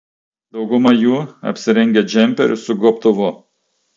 dauguma jų apsirengę džemperiu su gobtuvu